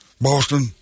Boston